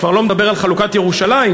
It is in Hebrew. כבר לא מדבר על חלוקת ירושלים,